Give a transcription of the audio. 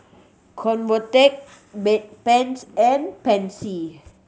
Convatec Bedpans and Pansy